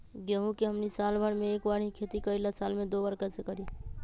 गेंहू के हमनी साल भर मे एक बार ही खेती करीला साल में दो बार कैसे करी?